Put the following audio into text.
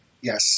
Yes